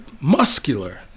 muscular